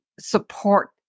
support